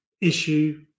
issue